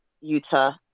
Utah